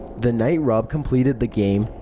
the night rob completed the game,